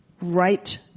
right